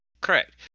Correct